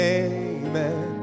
amen